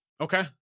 Okay